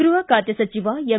ಗೃಹ ಖಾತೆ ಸಚಿವ ಎಂ